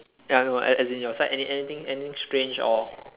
ya I know as in as in your side anything anything strange or